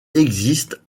existent